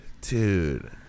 dude